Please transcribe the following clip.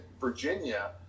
Virginia